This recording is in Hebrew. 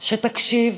שתקשיב